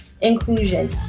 inclusion